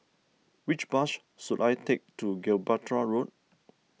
which bus should I take to Gibraltar Road